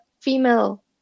female